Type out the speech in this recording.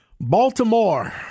Baltimore